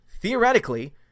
theoretically